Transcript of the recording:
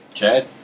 Chad